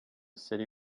city